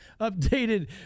updated